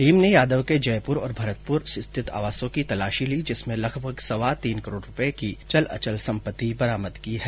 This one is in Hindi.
टीम ने यादव के जयपुर और भरतपुर स्थित आवासों की तलाशी ली जिसमें लगभग सवा तीन करोड़ रूपये की चल अचल सम्पत्ति जब्त की है